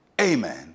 amen